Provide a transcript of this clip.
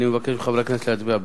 אני מבקש מחברי הכנסת להצביע בעד.